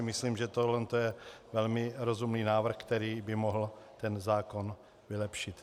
Myslím, že tohle je velmi rozumný návrh, který by mohl ten zákon vylepšit.